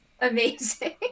Amazing